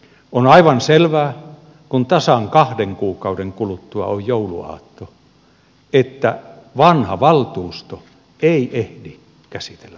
on aivan selvää kun tasan kahden kuukauden kuluttua on jouluaatto että vanha valtuusto ei ehdi käsitellä tätä asiaa